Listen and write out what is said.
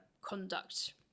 conduct